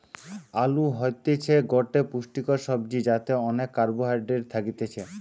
আলু হতিছে গটে পুষ্টিকর সবজি যাতে অনেক কার্বহাইড্রেট থাকতিছে